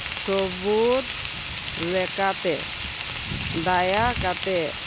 ᱥᱟᱹᱵᱩᱫ ᱞᱮᱠᱟᱛᱮ ᱫᱟᱭᱟ ᱠᱟᱛᱮᱫ